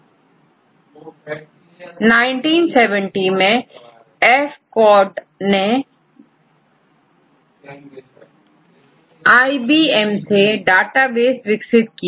1970 मेंEF CoddनेIBMसे डेटाबेस विकसित किया